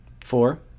Four